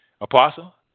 Apostle